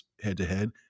head-to-head